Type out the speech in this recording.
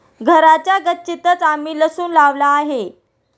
घराच्या गच्चीतंच आम्ही लसूण लावला आहे